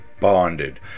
bonded